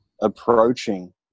approaching